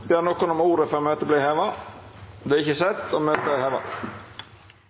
Ber nokon om ordet før møtet vert heva? – Møtet er heva.